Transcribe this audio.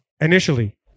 Initially